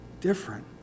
Different